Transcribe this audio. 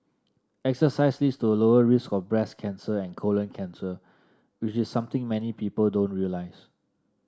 exercise leads to a lower risk of breast cancer and colon cancer which is something many people don't realise